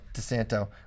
DeSanto